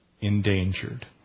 Endangered